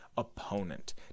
opponent